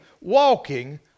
walking